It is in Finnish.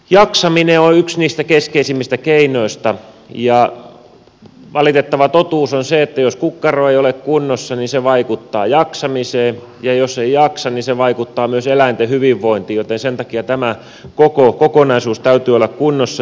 jaksaminen on yksi niistä keskeisimmistä keinoista ja valitettava totuus on se että jos kukkaro ei ole kunnossa niin se vaikuttaa jaksamiseen ja jos ei jaksa niin se vaikuttaa myös eläinten hyvinvointiin joten sen takia tämän koko kokonaisuuden täytyy olla kunnossa